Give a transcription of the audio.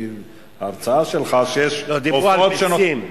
לפי ההרצאה שלך, שיש עופות, דיברו על ביצים.